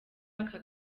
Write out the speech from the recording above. aka